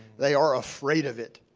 they are afraid of it.